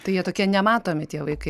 tai jie tokie nematomi tie vaikai